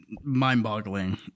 mind-boggling